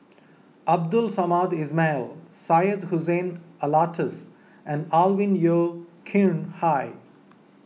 Abdul Samad Ismail Syed Hussein Alatas and Alvin Yeo Khirn Hai